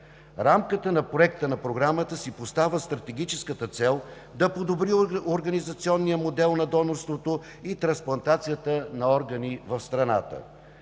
Рамката на Проекта на програмата си поставя стратегическата цел да подобри организационния модел на донорството и трансплантацията на органи в страната.